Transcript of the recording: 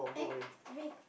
eh we